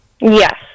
Yes